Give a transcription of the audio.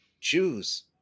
choose